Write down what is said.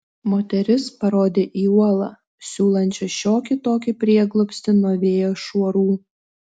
moteris parodė į uolą siūlančią šiokį tokį prieglobstį nuo vėjo šuorų